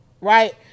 Right